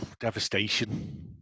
Devastation